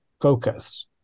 focus